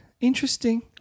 Interesting